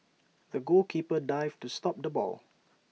the goalkeeper dived to stop the ball